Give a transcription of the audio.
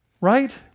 Right